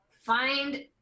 find